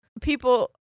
people